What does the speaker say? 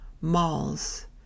malls